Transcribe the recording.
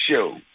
show